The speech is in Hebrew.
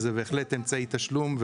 וזהו בהחלט אמצעי תשלום.